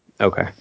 Okay